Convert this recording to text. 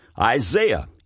Isaiah